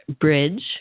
bridge